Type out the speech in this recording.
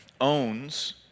owns